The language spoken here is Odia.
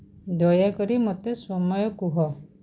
ଦୟାକରି ମୋତେ ସମୟ କୁହ